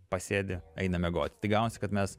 pasėdi eina miegoti tai gaunasi kad mes